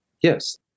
Yes